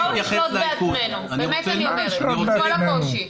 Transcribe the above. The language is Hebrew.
בואו נשלוט בעצמנו, באמת אני אומרת, עם כל הקושי.